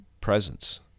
presence